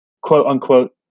quote-unquote